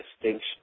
distinction